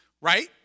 right